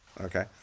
okay